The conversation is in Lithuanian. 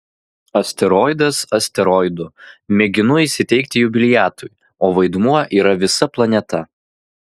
asteroidas asteroidu mėginu įsiteikti jubiliatui o vaidmuo yra visa planeta